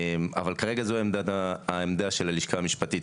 אבל כרגע זו העמדה של הלשכה המשפטית.